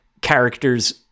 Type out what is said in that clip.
characters-